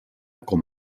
com